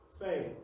faith